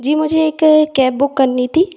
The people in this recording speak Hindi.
जी मुझे एक कैब बुक करनी थी